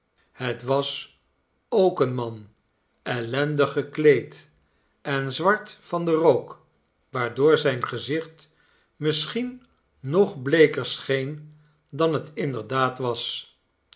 het was ook een man ellendig gekleed en zwart van den rook waardoor zijn gezicht misschien nog bleeker scheen dan het inderdaad was